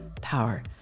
power